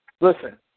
listen